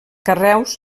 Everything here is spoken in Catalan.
carreus